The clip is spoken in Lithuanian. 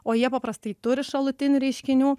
o jie paprastai turi šalutinių reiškinių